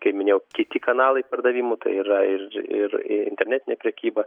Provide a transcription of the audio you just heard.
kaip minėjau kiti kanalai pardavimų tai yra ir ir ir internetinė prekyba